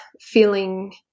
feeling